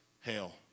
hell